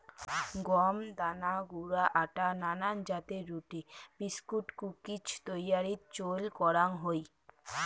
গম দানা গুঁড়া আটা নানান জাতের রুটি, বিস্কুট, কুকিজ তৈয়ারীত চইল করাং হই